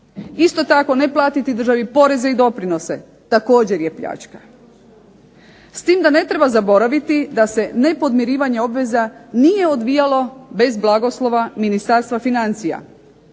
Isto tako ne platiti državi poreze i doprinose također je pljačka. S tim da ne treba zaboraviti da se ne podmirivanje obveza nije odvijalo bez blagoslova Ministarstva financija.